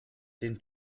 den